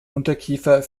unterkiefer